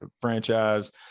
franchise